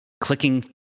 clicking